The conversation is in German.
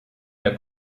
der